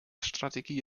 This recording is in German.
strategie